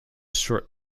short